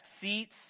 seats